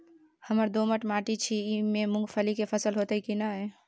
हमर दोमट माटी छी ई में मूंगफली के फसल होतय की नय?